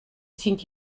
sind